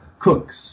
cooks